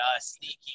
sneaky